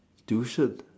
tuition